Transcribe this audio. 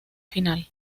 final